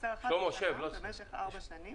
יימסר אחת לשנה במשך ארבע שנים,